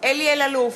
אלי אלאלוף,